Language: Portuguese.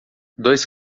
dois